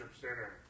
Center